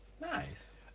Nice